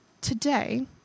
today